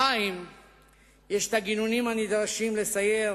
לחיים יש את הגינונים הנדרשים לסייר